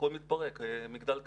הכול מתפרק, מגדל קלפים.